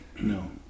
No